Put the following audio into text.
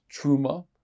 truma